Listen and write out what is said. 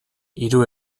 hiru